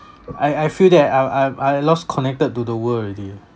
I I feel that I I I lost connected to the world already